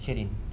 sheryn